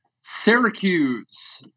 Syracuse